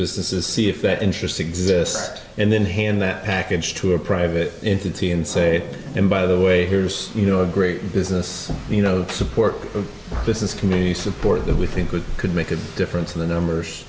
businesses see if that interesting exist and then hand that package to a private entity and say and by the way here's you know a great business you know support of business community support that we think could could make a difference in the numbers